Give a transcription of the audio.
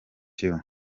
you